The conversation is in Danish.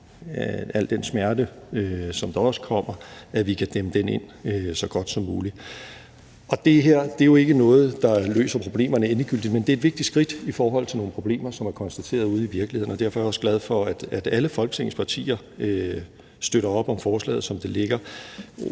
al den smerte, som der også kommer, kan vi dæmme ind så godt som muligt. Og det her er jo ikke noget, der løser problemerne endegyldigt, men det er et vigtigt skridt i forhold til nogle problemer, som er konstateret ude i virkeligheden, og derfor er jeg også glad for, at alle Folketingets partier støtter op om forslaget, som det ligger.